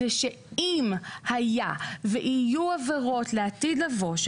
הוא שהיה ויהיו עבירות לעתיד לבוא,